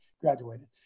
graduated